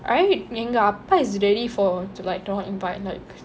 எங்க அப்பா:enga appa is ready to like don't invite like